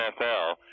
NFL